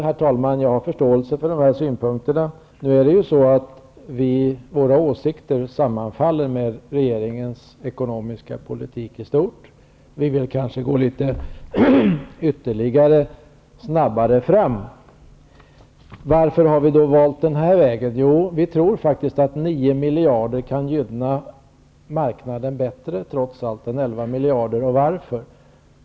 Herr talman! Jag har förståelse för dessa synpunkter. Våra åsikter sammanfaller i stort med regeringens ekonomiska politik. Vi vill kanske gå litet snabbare fram. Varför har vi då valt den här vägen? Vi tror att 9 miljarder trots allt kan gynna marknaden bättre än 11 miljarder, och varför?